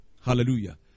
Hallelujah